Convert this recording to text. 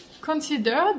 considered